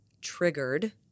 triggered